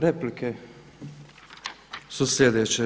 Replike su slijedeće.